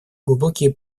глубокие